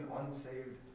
unsaved